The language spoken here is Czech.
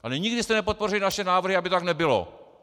Ale nikdy jste nepodpořili naše návrhy, aby to tak nebylo.